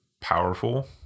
powerful